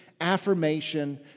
affirmation